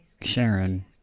Sharon